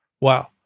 Wow